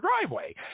driveway